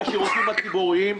בשירותים הציבוריים.